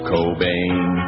Cobain